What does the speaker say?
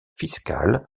fiscale